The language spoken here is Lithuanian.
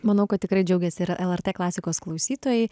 manau kad tikrai džiaugėsi ir lrt klasikos klausytojai